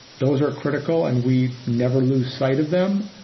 those are critical and we never lose sight of them.